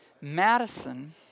Madison